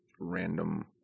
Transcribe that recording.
random